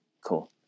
Cool